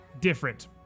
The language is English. different